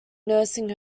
nursing